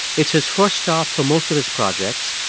it's his first stop for most of his projects,